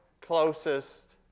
closest